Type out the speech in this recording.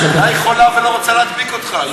אולי היא חולה ולא רוצה להדביק אותך.